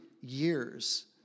years